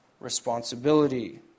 responsibility